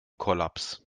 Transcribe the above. kollaps